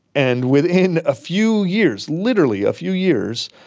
and within a few years, literally a few years,